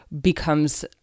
becomes